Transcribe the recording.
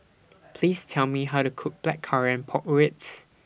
Please Tell Me How to Cook Blackcurrant Pork Ribs